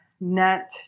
net